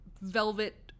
velvet